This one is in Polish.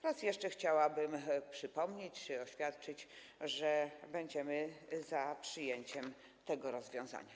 Raz jeszcze chciałabym przypomnieć, oświadczyć, że będziemy za przyjęciem tego rozwiązania.